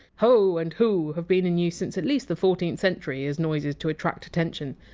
ho and hoo have been in use since at least the fourteenth century as noises to attract attention,